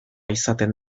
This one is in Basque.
izaten